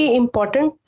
important